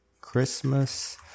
Christmas